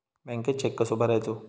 बँकेत चेक कसो भरायचो?